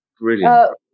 Brilliant